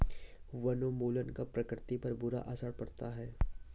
वनोन्मूलन का प्रकृति पर बुरा असर पड़ता है